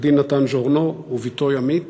עורך-דין נתן ז'ורנו ובתו ימית,